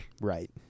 Right